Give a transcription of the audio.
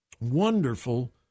Wonderful